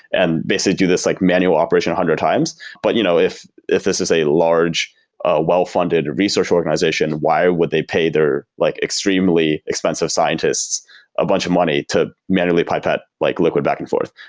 and basically do this like manual operation a one hundred times but you know if if this is a large ah well-funded research organization, why would they pay their like extremely expensive scientists a bunch of money to manually pipette like liquid back and forth?